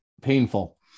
painful